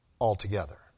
altogether